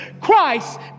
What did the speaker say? Christ